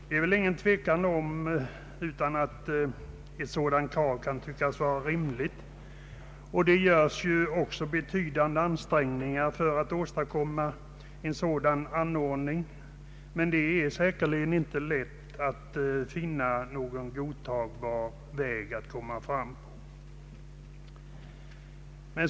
Det råder väl ingen tvekan om att ett sådant krav kan vara rimligt, och det görs också betydande ansträngningar för att åstadkomma en sådan anordning, men det är säkerligen inte lätt att finna någon godtagbar väg att komma fram på.